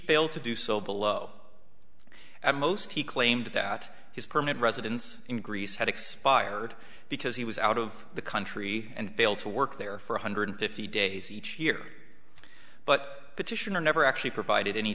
failed to do so below most he claimed that his permanent residence in greece had expired because he was out of the country and failed to work there for one hundred fifty days each year but petitioner never actually provided any